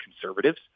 conservatives